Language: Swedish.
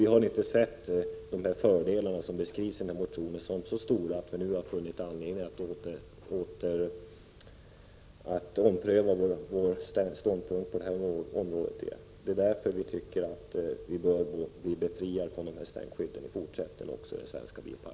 Vi har inte ansett de fördelar som beskrivs i motionen vara så stora att vi nu funnit anledning att ompröva vår ståndpunkt på detta område. Det är därför vi tycker att den svenska bilparken också i fortsättningen bör bli befriad från stänkskydden.